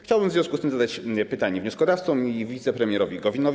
Chciałbym w związku z tym zadać pytanie wnioskodawcom i wicepremierowi Gowinowi.